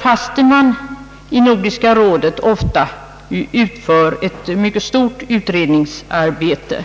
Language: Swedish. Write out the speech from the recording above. fastän man i Nordiska rådet ofta utfört ett stort utredningsarbete.